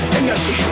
energy